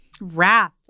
wrath